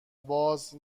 باز